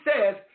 says